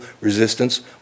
resistance